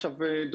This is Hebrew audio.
שלום.